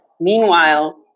Meanwhile